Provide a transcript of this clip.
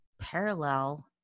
parallel